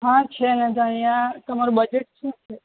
હાં છે ને અહિયાં તમારું બજેટ શું છે